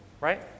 right